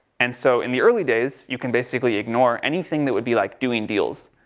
and so, in the early days you can basically ignore anything that would be like doing deals,